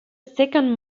second